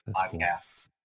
podcast